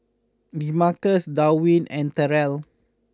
Demarcus Darwyn and Terell